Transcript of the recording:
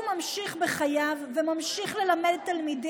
שחוו טראומה כל כך גדולה שהרסה את החיים